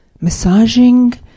Massaging